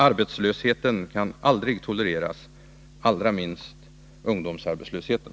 Arbetslösheten kan aldrig tolereras — allra minst ungdomsarbetslösheten.